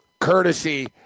Courtesy